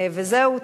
וזהו.